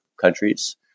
countries